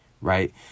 right